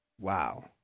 Wow